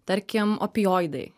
tarkim opioidai